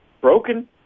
broken